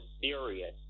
serious